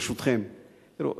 ברשותכם,